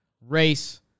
race